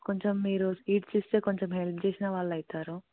కొంచెం మీరు సీడ్స్ ఇస్తే కొంచెం హెల్ప్ చేసిన వాళ్ళవుతారు